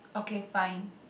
okay fine